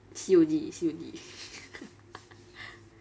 C_O_D C_O_D